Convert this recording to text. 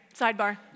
Sidebar